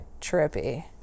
Trippy